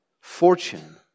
fortune